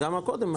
גם הקודם.